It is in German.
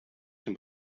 dem